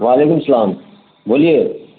وعلیکم السلام بولیے